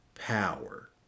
power